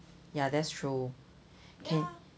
ya that's true can